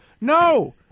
No